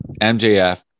MJF